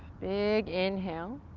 big inhale.